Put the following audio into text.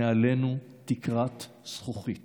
מעלינו תקרת זכוכית.